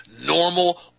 normal